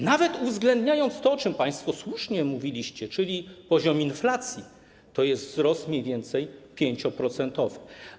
Nawet uwzględniając to, o czym państwo słusznie mówiliście, czyli poziom inflacji, to jest to wzrost mniej więcej 5-procentowy.